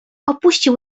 opuścił